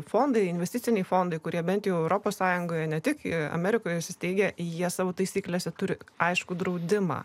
fondai investiciniai fondai kurie bent jau europos sąjungoje ne tik amerikoje įsisteigę jie savo taisyklėse turi aiškų draudimą